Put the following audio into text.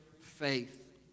faith